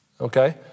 okay